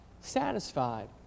satisfied